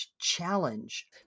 challenge